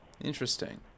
Interesting